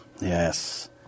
Yes